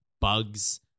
bugs